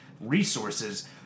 resources